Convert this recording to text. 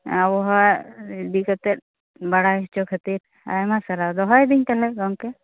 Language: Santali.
ᱟᱵᱚᱣᱟᱜ ᱤᱫᱤ ᱠᱟᱛᱮᱫ ᱵᱟᱰᱟᱭ ᱦᱚᱪᱚ ᱠᱷᱟ ᱛᱤᱨ ᱟᱭᱢᱟ ᱥᱟᱨᱦᱟᱣ ᱫᱚᱦᱚᱭᱮᱫᱟ ᱧ ᱛᱟᱦᱚᱞᱮ ᱜᱚᱝᱠᱮ